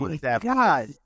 God